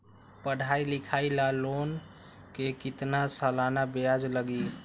पढाई लिखाई ला लोन के कितना सालाना ब्याज लगी?